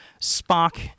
Spock